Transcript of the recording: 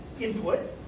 input